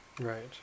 Right